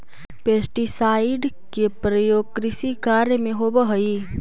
pesticide के प्रयोग कृषि कार्य में होवऽ हई